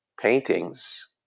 paintings